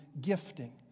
gifting